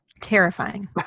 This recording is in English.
terrifying